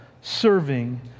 serving